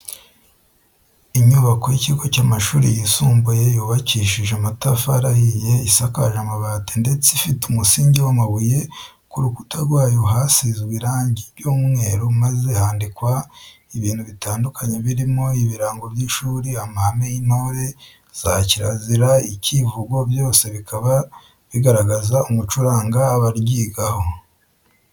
Inyubako y'ikigo cy'amashuri yisumbuye yubakishije amatafari ahiye, isakaje amabati, ndetse ifite umusingi w'amabuye, ku rukuta rwayo hasizwe irangi ry'umweru maze handikwaho ibintu bitandukanye birimo ibirango by'ishuri, amahame y'intore, za kirazira, icyivugo byose bikaba bigaragaza umuco uranga abaryigamo.